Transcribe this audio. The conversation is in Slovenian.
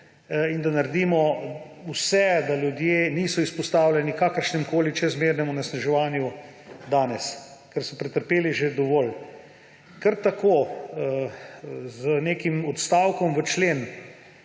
in da naredimo vse, da ljudje niso izpostavljeni kakršnemukoli čezmernemu onesnaževanju danes, ker so pretrpeli že dovolj. Kar tako, z nekim odstavkom v členu,